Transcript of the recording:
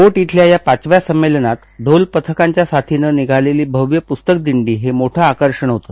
केट इथल्या या पाचव्या संमेलनात ढोल पथकाच्या साथीनं निघालेली भव्य पुस्तक दिंडीहे मोठं आकर्षण होतं